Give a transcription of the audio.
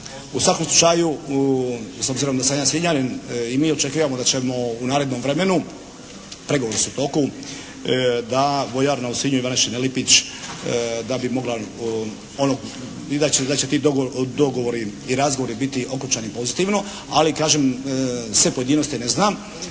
U svakom slučaju, s obzirom da sam ja Sinjanin i mi očekujemo da ćemo u narednom vremenu, pregovori su u toku, da vojarna u Sinju "Ivana Šinelipić" da bi mogla i da će ti dogovori i razgovori biti okončani pozitivno. Ali kažem, sve pojedinosti ne znam.